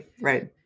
Right